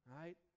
right